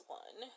one